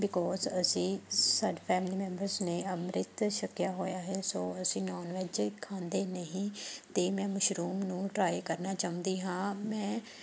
because ਅਸੀਂ ਸਾਡੀ family members ਨੇ ਅੰਮ੍ਰਿਤ ਛਕਿਆ ਹੋਇਆ ਹੈ ਸੋ ਅਸੀਂ ਨੌਨ ਵੇਜ ਖਾਂਦੇ ਨਹੀਂ ਅਤੇ ਮੈਂ ਮਸ਼ਰੂਮ ਨੂੰ ਟਰਾਈ ਕਰਨਾ ਚਾਹੁੰਦੀ ਹਾਂ ਮੈਂ